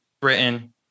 Britain